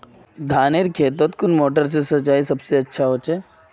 धानेर खेतोत कुन मोटर से सिंचाई सबसे अच्छा होचए?